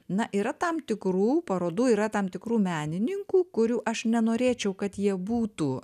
na yra tam tikrų parodų yra tam tikrų menininkų kurių aš nenorėčiau kad jie būtų